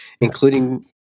including